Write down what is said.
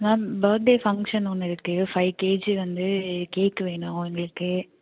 ma'am birthday function ஒன்று இருக்கு five KG வந்து கேக் வேணும் எங்களுக்கு